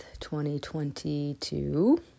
2022